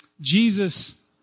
Jesus